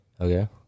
Okay